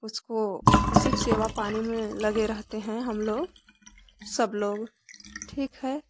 उसको उसी की सेवा पानी में लगे रहते हैं हम लोग सब लोग ठीक है